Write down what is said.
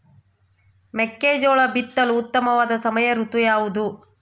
ಮೆಕ್ಕೆಜೋಳ ಬಿತ್ತಲು ಉತ್ತಮವಾದ ಸಮಯ ಋತು ಯಾವುದು?